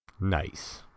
nice